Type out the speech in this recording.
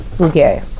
Okay